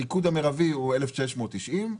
הניקוד המרבי הוא 1,690,